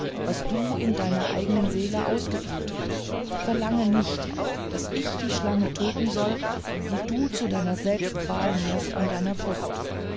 was du in deiner eignen seele ausgebrütet verlange nicht daß ich die schlange töten soll die du zu deiner selbstqual nährst in deiner brust